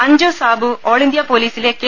അഞ്ജു സാബു ആൾ ഇന്തൃ പോലീസിലെ കെ